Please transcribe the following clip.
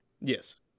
Yes